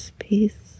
peace